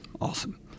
Awesome